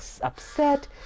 upset